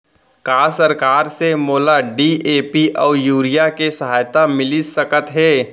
का सरकार से मोला डी.ए.पी अऊ यूरिया के सहायता मिलिस सकत हे?